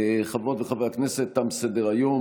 חברות וחברי הכנסת, תם סדר-היום.